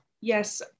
yes